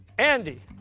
andy,